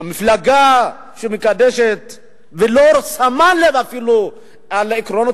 המפלגה שמקדשת ולא שמה לב אפילו לעקרונות